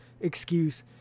excuse